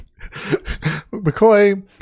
McCoy